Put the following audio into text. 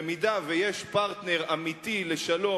במידה שיש פרטנר אמיתי לשלום,